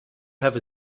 have